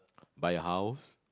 buy a house